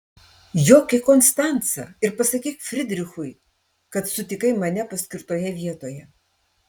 jok į konstancą ir pasakyk fridrichui kad sutikai mane paskirtoje vietoje